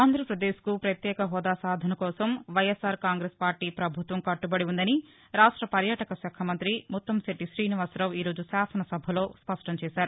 ఆంధ్రాపదేశ్కు ప్రత్యేక హాదా సాధనకోసం వైఎస్ఆర్ కాంగ్రెస్ పార్లీ ప్రభుత్వం కట్లబడి ఉందని రాష్ట పర్యాటక శాఖ మంతి ముత్తంశెట్టి శ్రీనివాసరావు ఈరోజు శాసనసభలో స్పష్టంచేశారు